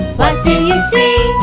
what do you see?